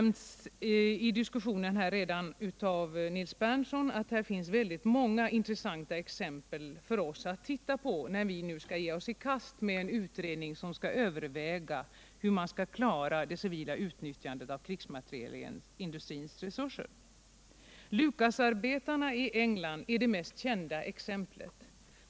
Nils Berndtson har redan nämnt att det finns väldigt många intressanta exempel för oss att titta på när vi nu skall ge oss i kast med en utredning som skall överväga hur man skall klara det civila utnyttjandet av krigsmaterielindustrins resurser. Lucasfabriken i England är det mest kända exemplet.